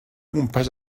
gwmpas